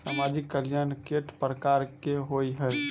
सामाजिक कल्याण केट प्रकार केँ होइ है?